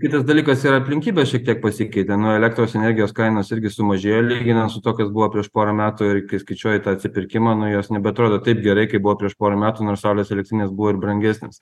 kitas dalykas ir aplinkybės šiek tiek pasikeitė na elektros energijos kainos irgi sumažėjo lyginant su tuo kas buvo prieš porą metų ir kai skaičiuoji tą atsipirkimą nu jos nebeatrodo taip gerai kaip buvo prieš porą metų nors saulės elektrinės buvo ir brangesnės